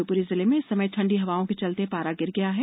शिवपुरी जिले में इस समय ठंडी हवाओं के चलते पारा गिर गया है